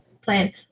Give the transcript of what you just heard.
plan